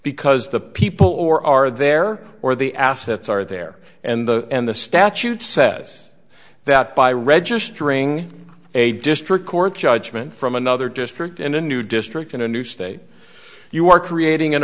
because the people or are there or the assets are there and the and the statute says that by registering a district court judgment from another district and a new district in a new state you are creating a